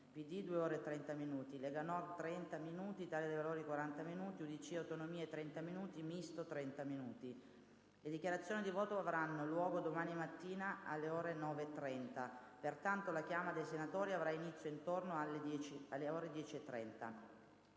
PD 2 ore e 30 minuti; Lega Nord 30 minuti; IdV 40 minuti; UDC-SVP-Aut (UV-MAIE-IS-MRE) 30 minuti; Misto 30 minuti. Le dichiarazioni di voto avranno luogo domani mattina alle ore 9,30. Pertanto, la chiama dei senatori avrà inizio intorno alle ore 10,30.